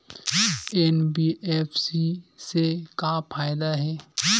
NBFC से का फ़ायदा हे?